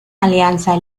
alianza